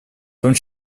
том